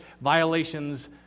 violations